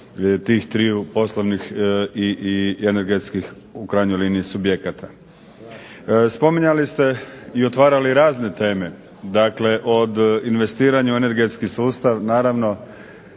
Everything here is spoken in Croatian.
tih triju poslovnih i energetskih u krajnjoj liniji subjekata. Spominjali ste i otvarali razne teme. Dakle, od investiranja u energetski sustav, naravno